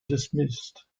dismissed